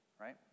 right